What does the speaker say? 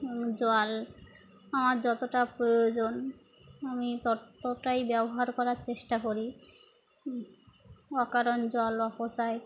জল আমার যতটা প্রয়োজন আমি ততটাই ব্যবহার করার চেষ্টা করি অকারণ জল অপচয়